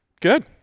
Good